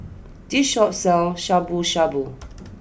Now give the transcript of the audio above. this Shop sells Shabu Shabu